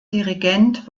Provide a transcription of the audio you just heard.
dirigent